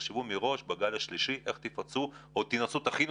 תחשבו מראש בגל השלישי איך תפצחו או תכינו